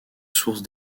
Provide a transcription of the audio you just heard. sources